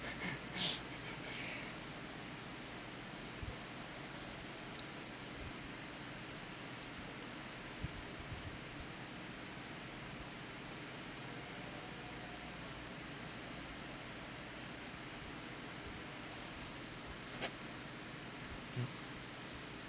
mm